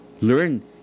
learn